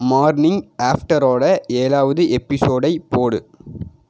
morning ஆஃப்டரோட ஏழாவது எபிசோடை போடு